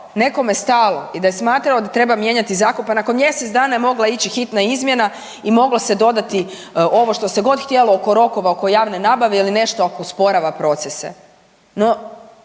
nekome stalo i da je smatrao da treba mijenjati zakon, pa nakon mjesec dana je mogla ići hitna izmjena i moglo se dodati ovo, što se god htjelo oko rokova, oko javne nabave ili nešto, ako usporava procese.